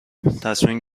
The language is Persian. تصمیم